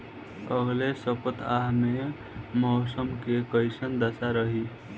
अलगे सपतआह में मौसम के कइसन दशा रही?